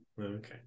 Okay